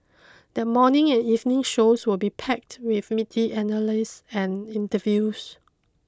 the morning and evening shows will be packed with meaty analyses and interviews